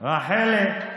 רחלי.